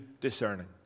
discerning